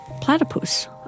platypus